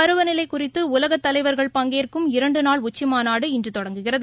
பருவநிலைகுறித்துஉலகதலைவர்கள் பங்கேற்கும் இரண்டுநாள் உச்சிமாநாடு இன்றுதொடங்குகிறது